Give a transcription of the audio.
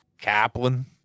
Kaplan